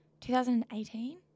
2018